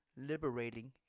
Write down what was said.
liberating